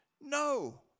No